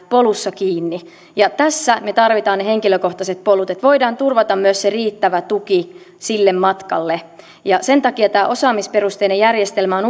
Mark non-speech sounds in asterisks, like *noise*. polussa kiinni tässä me tarvitsemme ne henkilökohtaiset polut että voidaan turvata myös riittävä tuki sille matkalle ja sen takia tämä osaamisperusteinen järjestelmä on *unintelligible*